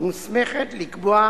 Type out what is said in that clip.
מוסמכת לקבוע